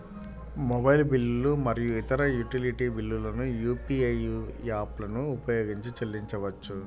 mobile బిల్లులు మరియు ఇతర యుటిలిటీ బిల్లులను యూ.పీ.ఐ యాప్లను ఉపయోగించి చెల్లించవచ్చు